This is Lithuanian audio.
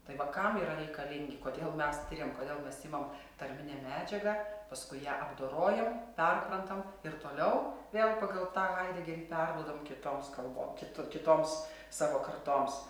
tai va kam yra reikalingi kodėl mes tiriam kodėl mes imam tarminę medžiagą paskui ją apdorojam perprantam ir toliau vėl pagal tą haidegerį perduodam kitoms kalbo kito kitoms savo kartoms